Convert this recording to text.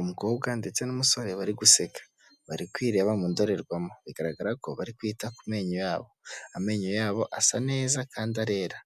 Umukobwa ndetse n'umusore bari guseka, bari kwireba mu ndorerwamo bigaragara ko bari kwita ku menyo yabo, amenyo yabo asa neza kandi arera,